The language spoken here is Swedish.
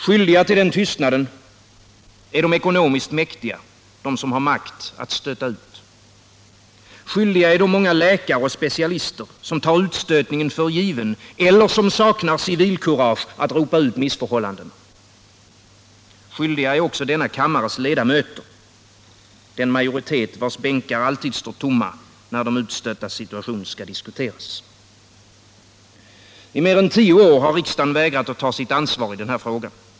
Skyldiga till den tystnaden är de ekonomiskt mäktiga, de som har makt att stöta ut. Skyldiga är de många läkare och specialister som tar utstötningen för given eller som saknar civilkurage att ropa ut missförhållandena, skyldiga är också denna kammares ledamöter, den majoritet vars bänkar alltid står tomma när de utstöttas situation skall diskuteras. I mer än tio år har riksdagen vägrat att ta sitt ansvar i denna fråga.